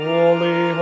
Holy